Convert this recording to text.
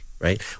right